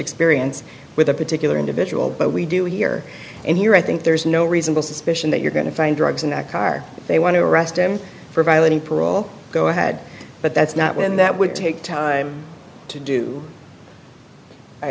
experience with a particular individual but we do here and here i think there's no reason to suspicion that you're going to find drugs in that car they want to arrest him for violating parole go ahead but that's not when that would take time to do i